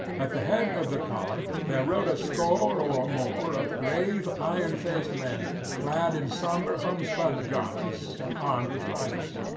at the head of the column there rode a score or more of grave ironfaced men, clad in sombre homespun garments and armed with rifles.